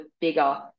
bigger